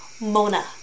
Mona